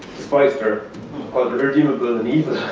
despised her, called her irredeemable and evil.